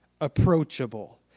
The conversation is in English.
approachable